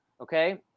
okay